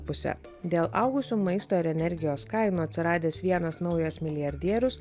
pusę dėl augusių maisto ir energijos kainų atsiradęs vienas naujas milijardierius